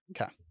Okay